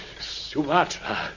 Sumatra